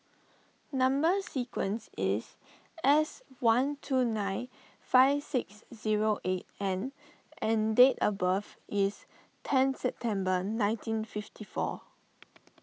Number Sequence is S one two nine five six zero eight N and date of birth is ten September nineteen fifty four